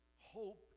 hope